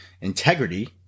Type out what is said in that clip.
integrity